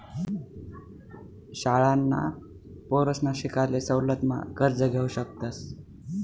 शाळांना पोरसना शिकाले सवलत मा कर्ज घेवू शकतस